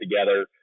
together